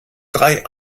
drei